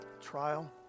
trial